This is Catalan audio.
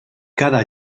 cada